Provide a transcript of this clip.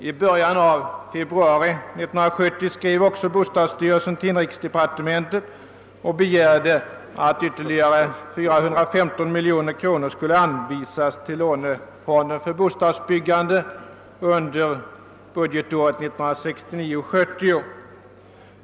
I början av februari 1970 skrev också bostadsstyrelsen till inrikesdepartementet och begärde att ytterligare 415 miljoner kronor skulle anvisas till lånefonden för bostadsbyggande under budgetåret 1969/ 70.